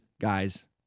guys